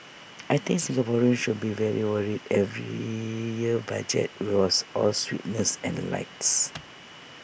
I think Singaporeans should be very worried if every year's budget will was all sweetness and lights